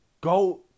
Go